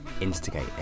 instigate